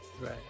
Right